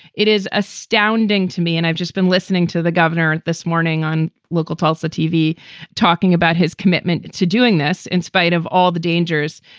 it is astounding to me. and i've just been listening to the governor this morning on local tulsa tv talking about his commitment to doing this in spite of all the dangers.